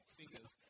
fingers